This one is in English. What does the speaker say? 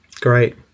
great